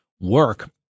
work